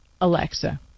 Alexa